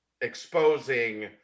exposing